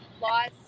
Lost